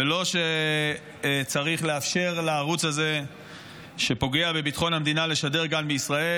ולא שצריך לאפשר לערוץ הזה שפוגע בביטחון המדינה לשדר גם מישראל,